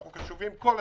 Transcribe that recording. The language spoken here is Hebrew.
אנחנו קשובים כל הזמן,